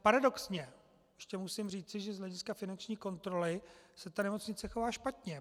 Paradoxně ještě musím říci, že z hlediska finanční kontroly se ta nemocnice chová špatně.